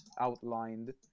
outlined